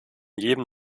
jedem